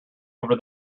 over